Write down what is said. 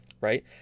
right